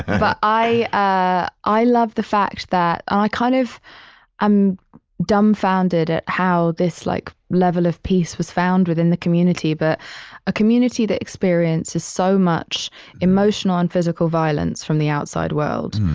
but i, i i love the fact that i kind of am dumbfounded at how this, like, level of peace was found within the community. but a community that experiences so much emotional and physical violence from the outside world,